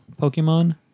Pokemon